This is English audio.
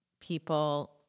people